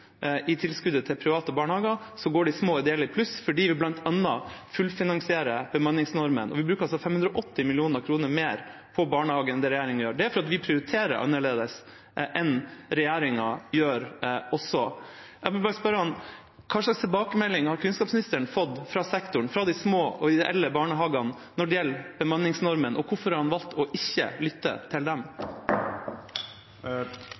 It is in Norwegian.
i tilskuddet til private barnehager, går de små ideelle i pluss, fordi vi bl.a. fullfinansierer bemanningsnormen. Vi bruker 580 mill. kr mer på barnehagen enn det regjeringa gjør. Det er fordi vi også prioriterer annerledes enn regjeringa gjør. Jeg vil bare spørre ham: Hva slags tilbakemelding har kunnskapsministeren fått fra sektoren, fra de små og ideelle barnehagene, når det gjelder bemanningsnormen? Og hvorfor har han valgt ikke å lytte til dem?